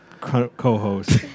co-host